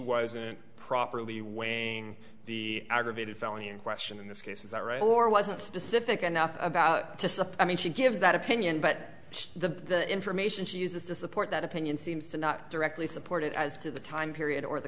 wasn't properly weighing the aggravated felony in question in this case is that right or wasn't specific enough about i mean she gives that opinion but the information she uses to support that opinion seems to not directly support it as to the time period or the